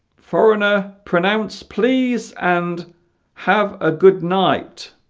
foreigner pronounce please and have a good night